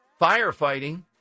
firefighting